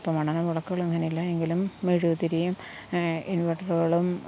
ഇപ്പം മണ്ണെണ്ണ വിളക്കുകൾ അങ്ങനെയില്ല എങ്കിലും മെഴുകുതിരിയും ഇൻവെർട്ടറുകളും